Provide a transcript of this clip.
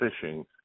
fishing